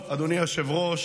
אדוני היושב-ראש,